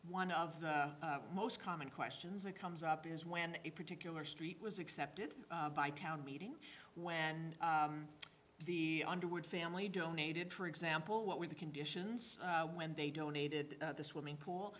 one of the most common questions that comes up is when a particular street was accepted by town meeting when the underwood family donated for example what were the conditions when they donated the swimming pool